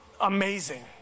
amazing